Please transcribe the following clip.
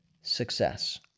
success